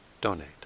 donate